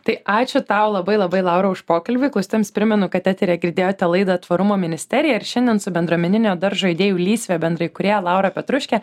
tai ačiū tau labai labai laura už pokalbį klausytojams primenu kad eteryje girdėjote laidą tvarumo ministerija ir šiandien su bendruomeninio daržo idėjų lysvė bendraįkūrėja laura petruške